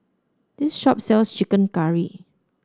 this shop sells chicken curry